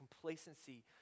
complacency